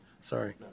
Sorry